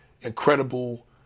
incredible